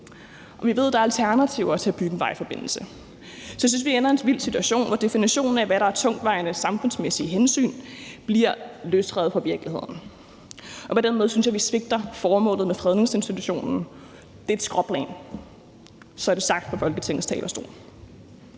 på. Vi ved, at der er alternativer til at bygge en vejforbindelse. Så jeg synes, at vi ender i en vild situation, og definitionen af, hvad der er tungtvejende samfundsmæssige hensyn, bliver løsrevet fra virkeligheden. På den måde synes jeg, at vi svigter formålet med fredningsinstitutionen. Det er et skråplan. Så er det sagt fra Folketingets talerstol.